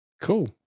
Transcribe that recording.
Cool